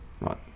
Right